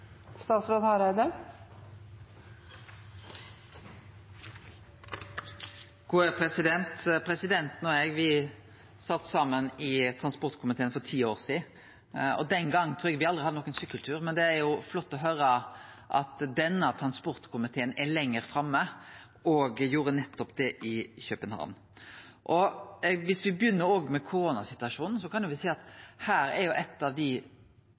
statsråd med god erfaring fra sykkelverdenen. Presidenten og eg sat saman i transportkomiteen for ti år sidan. Den gongen trur eg aldri me hadde nokon sykkeltur, men det er jo flott å høyre at denne transportkomiteen er lenger framme og nettopp hadde det i København. Og dersom me begynner med koronasituasjonen, kan eg vel seie at her er eit av dei